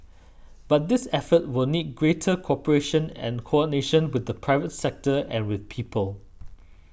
but this effort will need greater cooperation and coordination with the private sector and with people